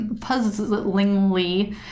puzzlingly